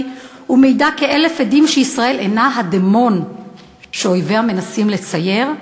ומעידה כאלף עדים שישראל אינה הדמון שאויביה מנסים לצייר,